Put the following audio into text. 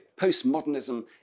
postmodernism